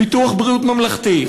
ביטוח בריאות ממלכתי,